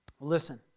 Listen